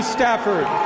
Stafford